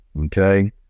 okay